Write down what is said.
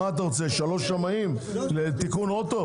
מה אתה רוצה, שלושה שמאים לתיקון אוטו?